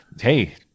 Hey